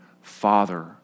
father